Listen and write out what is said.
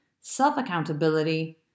self-accountability